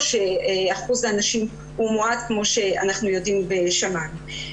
שאחוז הנשים הוא מועט כמו שאנחנו יודעים ושמענו.